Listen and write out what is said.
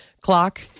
clock